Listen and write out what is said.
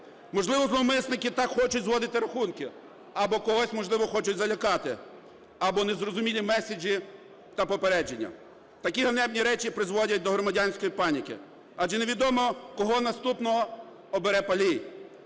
Можливо, зловмисники так хочуть зводити рахунки або когось, можливо, хочуть залякати, або незрозумілі меседжі та попередження. Такі ганебні речі призводять до громадянської паніки, адже невідомо кого наступного обере палій.